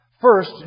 First